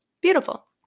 Beautiful